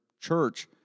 church